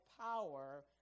power